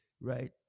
right